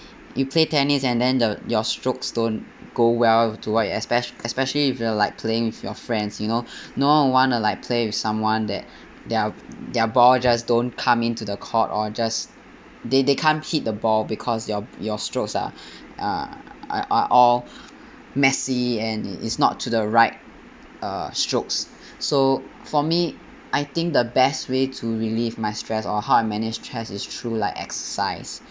you play tennis and then the your strokes don't go well to what especial~ especially if you're like playing with your friends you know no one would want to like play with someone that their their balls just don't come into the court or just they they can't hit the ball because your your strokes are uh are all messy and it's not to the right uh strokes so for me I think the best way to relieve my stress or how I manage stress is through like exercise